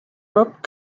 rope